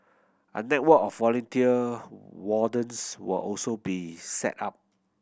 a network of volunteer wardens will also be set up